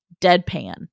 deadpan